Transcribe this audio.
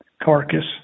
carcass